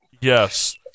Yes